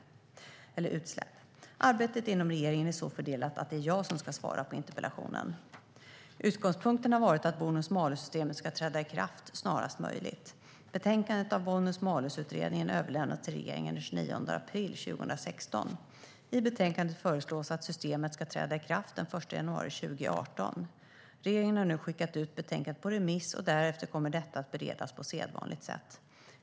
Arbetet inom regeringen är så fördelat att det är jag som ska svara på interpellationen. Utgångspunkten har varit att bonus-malus-systemet ska träda i kraft snarast möjligt. Betänkandet av bonus-malus-utredningen överlämnades till regeringen den 29 april 2016. I betänkandet föreslås att systemet ska träda i kraft den 1 januari 2018. Regeringen har nu skickat ut betänkandet på remiss och därefter kommer detta att beredas på sedvanligt sätt.